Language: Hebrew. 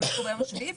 ייבדקו ביום השביעי,